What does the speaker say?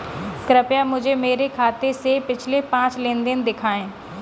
कृपया मुझे मेरे खाते से पिछले पाँच लेन देन दिखाएं